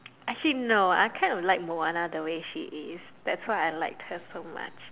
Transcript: actually no I kind of like Moana the way she is that's why I like her so much